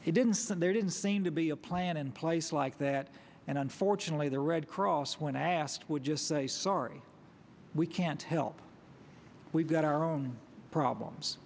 he didn't send there didn't seem to be a plan in place like that and unfortunately the red cross when asked would just say sorry we can't help we've got our own problems